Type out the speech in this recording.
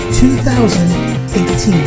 2018